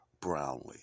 Brownlee